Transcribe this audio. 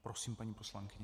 Prosím, paní poslankyně.